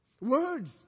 Words